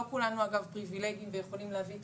לא כולנו פריבילגיים ויכולים להביא את